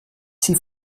sie